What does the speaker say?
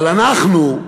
אבל אנחנו,